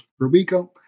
Rubico